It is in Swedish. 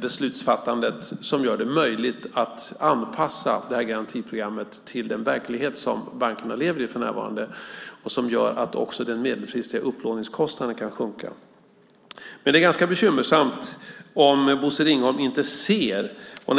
beslutsfattandet, som gör det möjligt att anpassa garantiprogrammet till den verklighet som bankerna lever i för närvarande och som gör att också den medelfristiga upplåningskostnaden kan sjunka. Det är ganska bekymmersamt om Bosse Ringholm inte ser det.